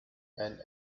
and